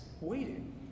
waiting